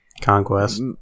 Conquest